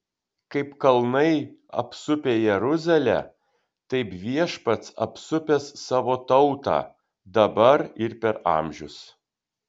kaip kalnai apsupę jeruzalę taip viešpats apsupęs savo tautą dabar ir per amžius